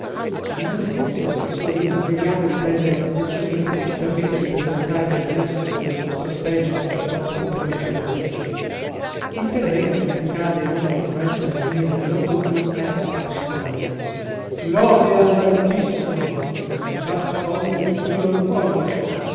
tutto pensò ella vediamo di prendere un atteggiamento che ci permetta di presentarci ad un essere della nostra specie senza troppo compromettere la pudicizia il terreno come accade in ogni foresta al finire dell'autunno era sparso di foglie lode all'altissimo non casca foglia che dio non voglia